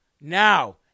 now